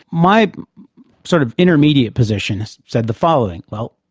my sort of intermediate position has said the following. well,